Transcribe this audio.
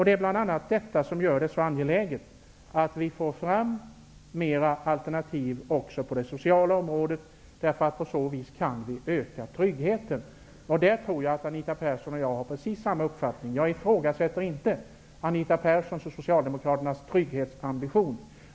Det är bl.a. detta som gör att det är så angeläget att få fram fler alternativ också på det sociala området. På så vis kan vi öka tryggheten. Där tror jag att Anita Persson och jag har precis samma uppfattning. Jag ifrågasätter inte hennes och Socialdemokraternas trygghetsambition.